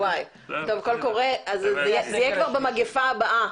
קול קורא, זה יהיה כבר במגפה הבאה.